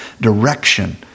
direction